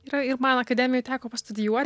yra ir man akademijoj teko pastudijuot